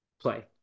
play